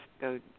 go